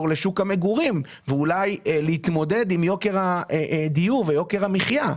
לשוק המגורים ולהתמודד עם יוקר הדיור ויוקר המחייה.